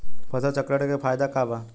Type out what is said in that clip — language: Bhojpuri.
फसल चक्रण के फायदा का बा?